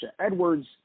Edwards